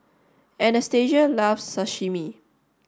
Anastasia loves Sashimi